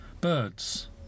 Birds